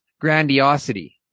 grandiosity